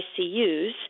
ICUs